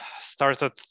started